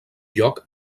lloc